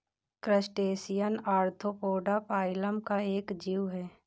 crustacean arthropoda phylum का एक जीव है